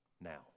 now